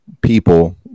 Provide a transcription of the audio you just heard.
people